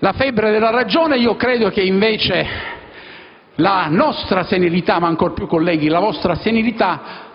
la febbre della ragione; credo che invece la nostra senilità (e ancor più la vostra, colleghi)